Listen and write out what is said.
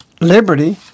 Liberty